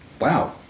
Wow